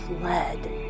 fled